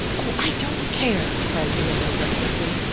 oh, i don't care! cried the younger recklessly,